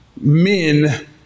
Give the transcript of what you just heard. men